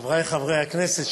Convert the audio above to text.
חברי חברי הכנסת,